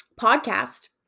Podcast